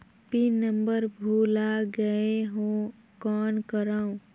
Pin number भुला गयें हो कौन करव?